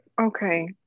Okay